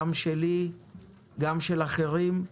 גם שלי וגם של אחרים,